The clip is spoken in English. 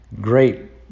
great